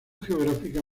geográfica